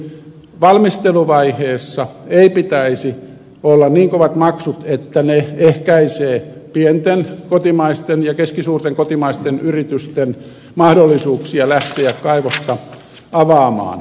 eli valmisteluvaiheessa ei pitäisi olla niin kovia maksuja että ne ehkäisevät pienten ja keskisuurten kotimaisten yritysten mahdollisuuksia lähteä kaivosta avaamaan